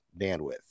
bandwidth